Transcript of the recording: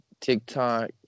TikTok